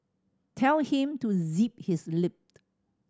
tell him to zip his lip